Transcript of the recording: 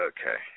Okay